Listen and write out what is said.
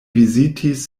vizitis